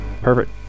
perfect